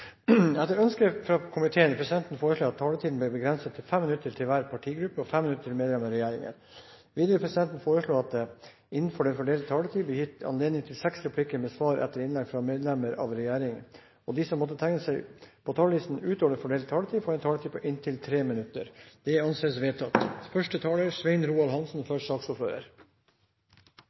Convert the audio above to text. Etter ønske fra utenriks- og forsvarskomiteen vil presidenten foreslå at taletiden blir begrenset til 5 minutter til hver partigruppe og 5 minutter til medlem av regjeringen. Videre vil presidenten foreslå at det blir gitt anledning til seks replikker med svar etter innlegg fra medlemmer av regjeringen innenfor den fordelte taletid, og at de som måtte tegne seg på talerlisten utover den fordelte taletid, får en taletid på inntil 3 minutter. – Det anses vedtatt.